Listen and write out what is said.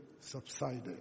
subsided